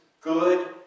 good